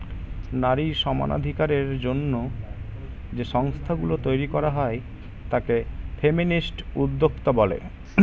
নারী সমানাধিকারের জন্য যে সংস্থা গুলো তৈরী করা হয় তাকে ফেমিনিস্ট উদ্যোক্তা বলে